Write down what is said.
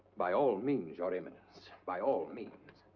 by all means, your eminence. by all means.